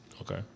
Okay